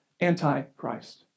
antichrist